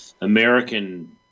American